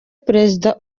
perezida